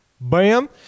Bam